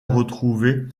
retrouvés